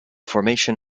formation